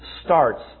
starts